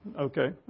okay